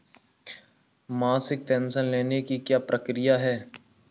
मासिक पेंशन लेने की क्या प्रक्रिया है?